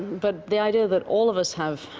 but the idea that all of us have,